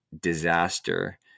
disaster